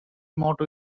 motto